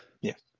Yes